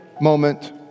moment